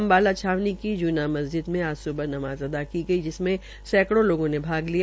अम्बाला छावनी की जुना मजीद में आज सुबह नमाज़ अदा की गई जिसमें सैकड़ो लोगों ने भाग लिया